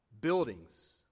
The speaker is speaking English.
Buildings